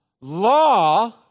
law